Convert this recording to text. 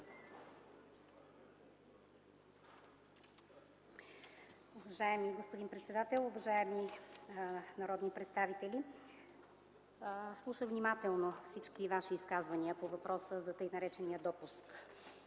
Уважаеми господин председател, уважаеми народни представители! Слушах внимателно всички ваши изказвания по въпроса за така наречения допуск